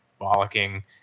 bollocking